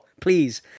Please